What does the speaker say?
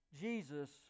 Jesus